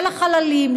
של החללים,